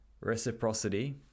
reciprocity